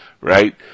right